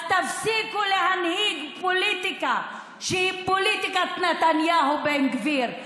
אז תפסיקו להנהיג פוליטיקה שהיא פוליטיקת נתניהו-בן גביר,